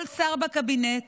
כל שר בקבינט